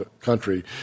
country